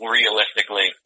realistically